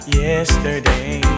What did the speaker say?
yesterday